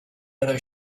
other